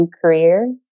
career